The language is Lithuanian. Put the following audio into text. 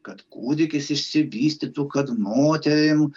kad kūdikis išsivystytų kad moterim